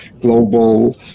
global